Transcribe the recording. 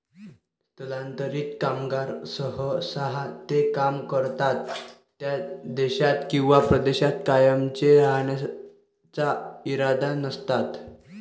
स्थलांतरित कामगार सहसा ते काम करतात त्या देशात किंवा प्रदेशात कायमचे राहण्याचा इरादा नसतात